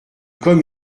comme